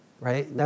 right